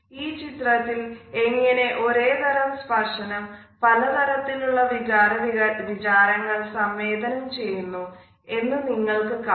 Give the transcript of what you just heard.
ഈ ചിത്രത്തിൽ എങ്ങനെ ഒരേ തരo സ്പർശനം പല തരത്തിലുള്ള വികാര വിചാരങ്ങൾ സംവേദനം ചെയ്യുന്നു എന്ന് നിങ്ങൾക് കാണാം